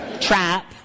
trap